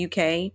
UK